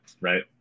right